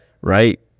right